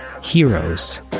heroes